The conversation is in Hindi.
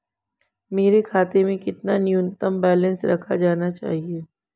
मेरे खाते में कितना न्यूनतम बैलेंस रखा जाना चाहिए?